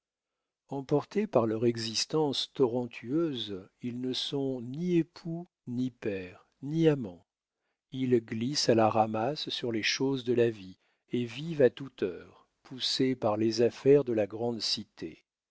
emportés par leur existence torrentueuse ils ne sont ni époux ni pères ni amants ils glissent à la ramasse sur les choses de la vie et vivent à toute heure poussés par les affaires de la grande cité